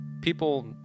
people